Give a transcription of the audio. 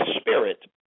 spirit